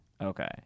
Okay